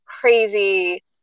crazy